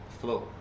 flow